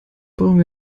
brauchen